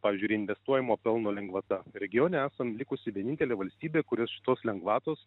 pavyzdžiui yra investuojamo pelno lengvata regione esam likusi vienintelė valstybė kuri šitos lengvatos